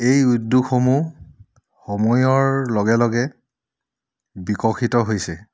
এই উদ্যোগসমূহ সময়ৰ লগে লগে বিকশিত হৈছে